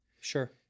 Sure